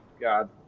God